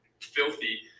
filthy